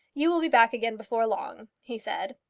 you will be back again before long, he said.